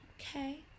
Okay